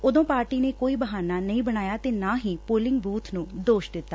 ਉਦੋ ਪਾਰਟੀ ਨੇ ਕੋਈ ਬਹਾਨਾ ਨਹੀ ਬਨਾਇਆ ਤੇ ਨਾ ਹੀ ਪੋਲਿੰਗ ਬੂਬ ਨੂੰ ਦੋਸ਼ ਦਿੱਤਾ